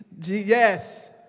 Yes